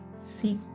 seek